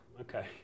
okay